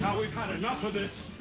we've had enough of this!